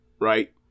right